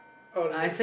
oh really